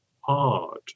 hard